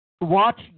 watch